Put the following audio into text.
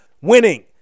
winning